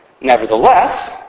Nevertheless